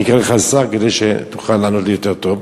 אני קורא לך השר כדי שתוכל לענות לי יותר טוב,